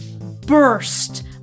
burst